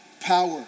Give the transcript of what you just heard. power